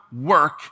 work